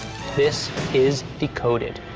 this is decoded.